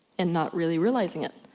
and not really realizing it.